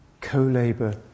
co-labor